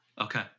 Okay